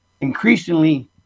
increasingly